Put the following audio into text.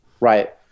right